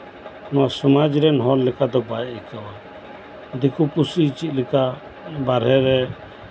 ᱱᱚᱣᱟ ᱥᱚᱢᱟᱡ ᱨᱮᱱ ᱞᱮᱠᱟ ᱫᱚ ᱵᱟᱭ ᱟᱹᱭᱠᱟᱹᱣᱟ ᱫᱤᱠᱩᱼᱯᱩᱥᱤ ᱪᱮᱫᱞᱮᱠᱟ ᱵᱟᱨᱦᱮ ᱨᱮ